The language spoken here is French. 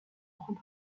trois